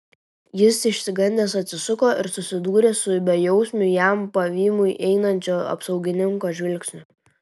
jis išsigandęs atsisuko ir susidūrė su bejausmiu jam pavymui einančio apsaugininko žvilgsniu